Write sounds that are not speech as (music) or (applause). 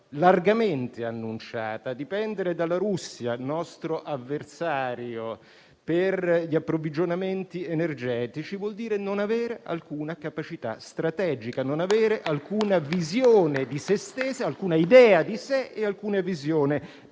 largamente annunciata; dipendere dalla Russia, nostro avversario, per gli approvvigionamenti energetici, vuol dire non avere alcuna capacità strategica, (applause) non avere alcuna idea di sé e alcuna visione